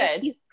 good